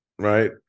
Right